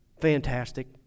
fantastic